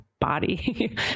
body